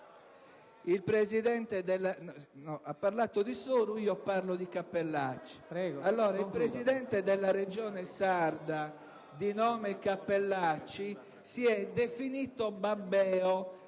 il Presidente della Regione sarda, di nome Cappellacci, si è definito babbeo: